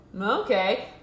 okay